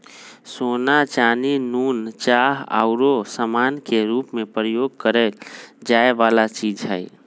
सोना, चानी, नुन, चाह आउरो समान के रूप में प्रयोग करए जाए वला चीज हइ